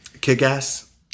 Kick-Ass